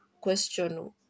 question